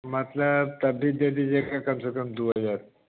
मतलब तब भी दे दीजिए गा कम से कम दो हज़ार